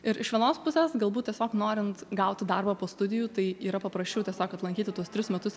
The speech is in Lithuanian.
ir iš vienos pusės galbūt tiesiog norint gauti darbą po studijų tai yra paprasčiau tiesiog atlankyti tuos tris metus